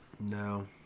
No